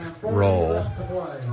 roll